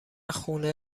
خونه